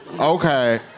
Okay